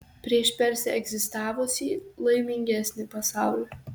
prieš persę egzistavusį laimingesnį pasaulį